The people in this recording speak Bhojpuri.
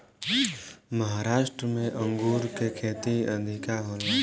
महाराष्ट्र में अंगूर के खेती अधिका होला